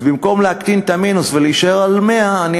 אז במקום להקטין את המינוס ולהישאר על 100,000